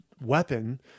weapon